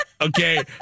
Okay